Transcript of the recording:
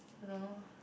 don't know